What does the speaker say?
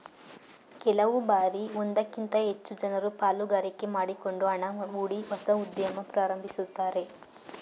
ಕೆಲವು ಬಾರಿ ಒಂದಕ್ಕಿಂತ ಹೆಚ್ಚು ಜನರು ಪಾಲುಗಾರಿಕೆ ಮಾಡಿಕೊಂಡು ಹಣ ಹೂಡಿ ಹೊಸ ಉದ್ಯಮ ಪ್ರಾರಂಭಿಸುತ್ತಾರೆ